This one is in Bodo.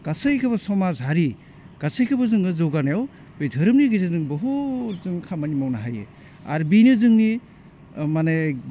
गासैखौबो समाज हारि गासैखौबो जोङो जौगानायाव बे धोरोमनि गेजेरजों बुहुत जों खामानि मावनो हायो आरो बेनो जोंनि माने